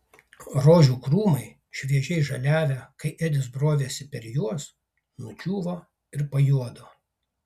rožių krūmai šviežiai žaliavę kai edis brovėsi per juos nudžiūvo ir pajuodo